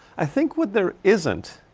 i think what there isn't,